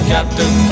Captain